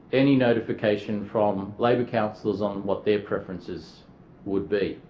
any notification from labor councillors on what their preferences would be.